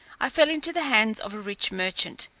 i fell into the hands of a rich merchant,